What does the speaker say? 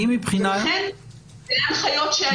לכן אלה ההנחיות שהיו.